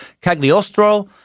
Cagliostro